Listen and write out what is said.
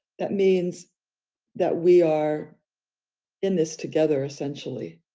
that means that we are in this together essentially,